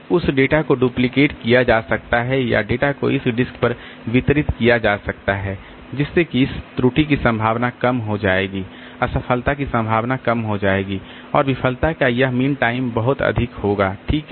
तो उस डेटा को डुप्लिकेट किया जा सकता है या डेटा को इस डिस्क पर वितरित किया जा सकता है जिससे कि इस त्रुटि की संभावना कम हो जाएगी असफलता की संभावना कम हो जाएगी और विफलता का यह मीन टाइम बहुत अधिक होगा ठीक है